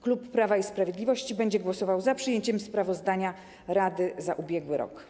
Klub Prawa i Sprawiedliwości będzie głosował za przyjęciem sprawozdania rady za ubiegły rok.